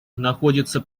находится